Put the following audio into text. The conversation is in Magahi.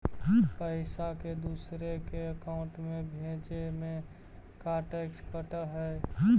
पैसा के दूसरे के अकाउंट में भेजें में का टैक्स कट है?